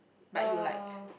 but you like